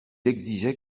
exigeait